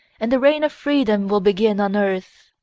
and the reign of freedom will begin on earth.